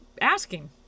asking